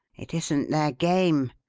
it isn't their game,